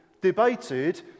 debated